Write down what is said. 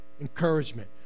encouragement